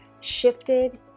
shifted